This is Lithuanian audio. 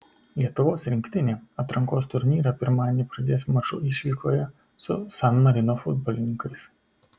lietuvos rinktinė atrankos turnyrą pirmadienį pradės maču išvykoje su san marino futbolininkais